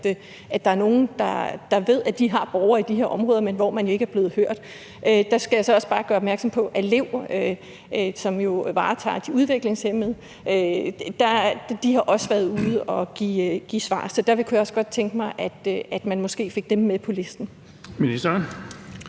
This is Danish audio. der er nogle, der ved, at de her borgere i de her områder, men ikke er blevet hørt. Der skal jeg så også bare gøre opmærksom på, at Lev, som jo varetager de udviklingshæmmedes interesser, også har været ude og give svar. Derfor kunne jeg også godt tænke mig, at man måske fik dem med på listen. Kl.